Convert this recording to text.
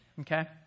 Okay